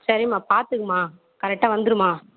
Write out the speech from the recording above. சரிமா பார்த்துக்கமா கரெக்டாக வந்துடுமா